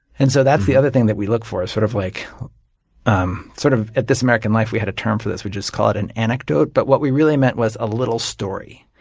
and so that's the other thing we we look for. sort of like um sort of at this american life we had a term for this. we just called it an anecdote, but what we really meant was a little story.